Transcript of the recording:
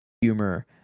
humor